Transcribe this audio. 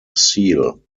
seal